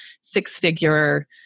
six-figure